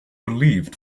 relieved